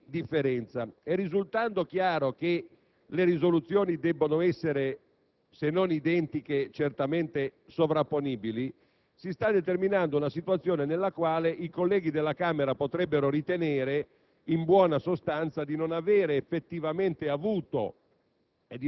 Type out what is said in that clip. di differenza. Risultando chiaro che le risoluzioni devono essere se non identiche certamente sovrapponibili, si sta determinando una situazione nella quale i colleghi della Camera potrebbero ritenere in buona sostanza di non avere effettivamente avuto